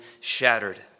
shattered